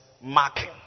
marking